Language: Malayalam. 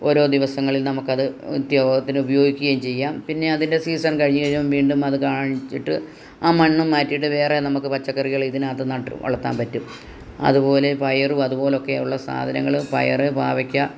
ഓരോ ദിവസങ്ങളിൽ നമുക്കത് നിത്യോപയോഗത്തിന് ഉപയോഗിക്കുകയും ചെയ്യാം പിന്നെ അതിൻ്റെ സീസൺ കഴിഞ്ഞ് കഴിഞ്ഞാൽ വീണ്ടും അത് കാണിച്ചിട്ട് ആ മണ്ണ് മാറ്റിയിട്ട് വേറെ നമുക്ക് പച്ചക്കറികള് ഇതിനകത്ത് നട്ട് വളർത്താൻ പറ്റും അതുപോലെ പയറും അതുപോലൊക്കെ ഉള്ള സാധനങ്ങള് പയറ് പാവയ്ക്ക